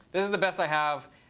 this is the best i have.